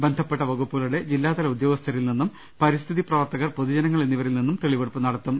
ബന്ധപ്പെട്ട വകുപ്പുകളുടെ ജില്ലാതല ഉദ്യോഗസ്ഥരിൽ നിന്നും പരി സ്ഥിതി പ്രവർത്തകർ പൊതുജനങ്ങൾ എന്നിവരിൽ നിന്നും തെളിവെടുപ്പ് നട ത്തും